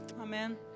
Amen